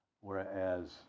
Whereas